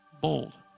bold